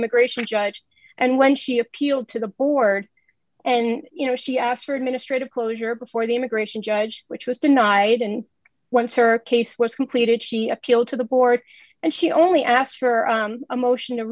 immigration judge and when she appealed to the board and you know she asked for administrative closure before the immigration judge which was denied and once her case was completed she appealed to the board and she only asked for a motion to